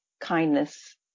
kindness